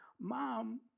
Mom